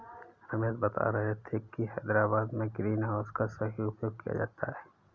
रमेश बता रहे थे कि हैदराबाद में ग्रीन हाउस का सही उपयोग किया जाता है